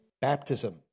baptism